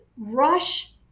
rush